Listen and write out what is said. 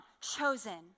chosen